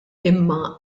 imma